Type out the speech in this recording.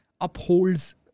upholds